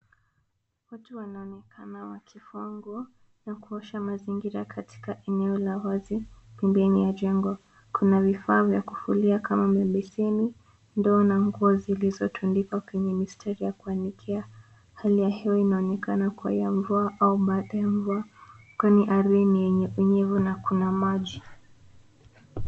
Watu wanaoekana wakifua nguo na kuosha mazingira katika eneo la wazi pembeni ya jengo. Kuna vifaa vya kufulia kama mabeseni, ndoo na nguo zilizotundikwa kwenye mistari ya kuanikia. Hali ya hewa inaonekana kuwa ya mvua au baada ya mvua; kwani ardhi ni unyevunyevu na kuna maji.